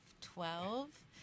twelve